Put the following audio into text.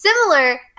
Similar